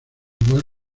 igual